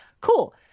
cool